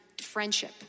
friendship